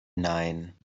nein